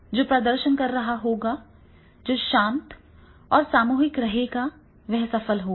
जो प्रदर्शन कर रहा होगा जो शांत शांत और सामूहिक रहेगा वह सफल होगा